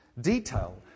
detail